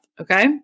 okay